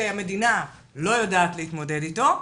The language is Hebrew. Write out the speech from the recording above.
שהמדינה לא יודעת להתמודד אתו,